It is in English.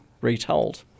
retold